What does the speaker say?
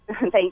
Thank